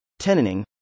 Tenoning